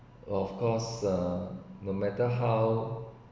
of course uh no matter how